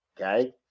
Okay